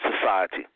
society